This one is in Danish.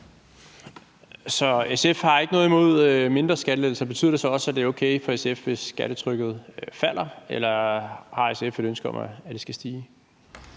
SF har ikke noget imod mindre skattelettelser. Betyder det så også, at det er okay for SF, hvis skattetrykket falder, eller har SF et ønske om, at det skal stige?